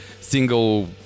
single